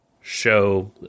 show